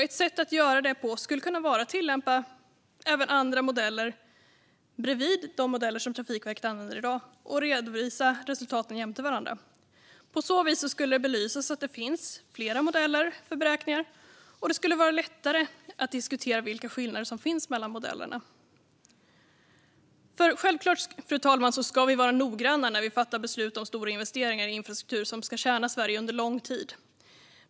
Ett sätt att göra det på skulle kunna vara att tillämpa även andra modeller bredvid de modeller som Trafikverket använder i dag och redovisa resultaten jämte varandra. På så vis skulle det belysas att det finns flera modeller för beräkningar, och det skulle vara lättare att diskutera vilka skillnader som finns mellan modellerna. Fru talman! Självklart ska vi vara noggranna när vi fattar beslut om stora investeringar i infrastruktur som ska tjäna Sverige under lång tid.